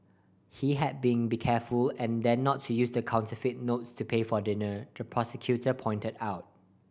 he had been be careful and then not to use the counterfeit notes to pay for dinner the prosecutor pointed out